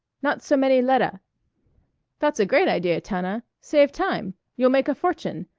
not so many lettah that's a great idea, tana. save time. you'll make a fortune.